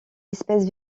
espèces